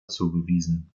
zugewiesen